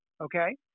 Okay